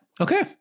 Okay